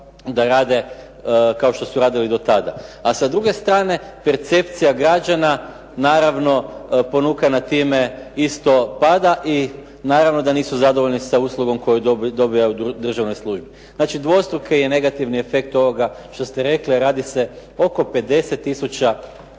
da rade kao što su radili i do tada. A sa druge strane percepcija građana naravno ponukana time isto pada i naravno da nisu zadovoljni zadovoljni sa uslugom koju dobivaju u državnoj službi. Znači dvostruki je negativni efekt ovog što ste rekli a radi se oko 50